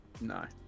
No